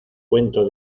cuento